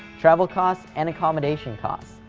travel costs and accomdation costs,